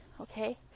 okay